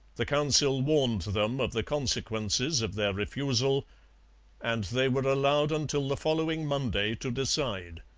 the council warned them of the consequences of their refusal and they were allowed until the following monday to decide.